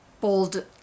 Bold